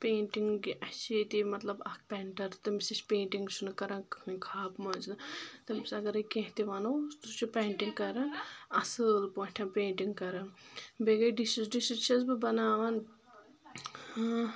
painting اَسہِ چھِ ییٚتی مطلب اَکھ پینٹَر تٔمِس ہِش پینٹِنٛگ چھُ نہٕ کَران کٕہنۍ خاب منٛزٕ تٔمِس اَگرے کینٛہہ تہِ وَنو سُہ چھُ پیٹِنٛگ کَران اَصل پٲنٛٹھۍ پینٹِنٛگ کَرَان بیٚیہِ گٔے ڈِشز ڈِشز چھؠس بہٕ بَناوان